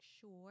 sure